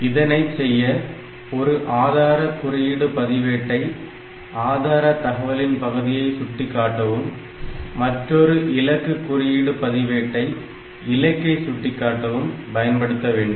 இதனை செய்ய ஒரு ஆதார குறியீடு பதிவேட்டை ஆதார தகவலின் பகுதியை சுட்டிக்காட்டவும் மற்றொரு இலக்கு குறியீடு பதிவேட்டை இலக்கை சுட்டிக்காட்டவும் பயன்படுத்த வேண்டும்